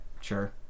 sure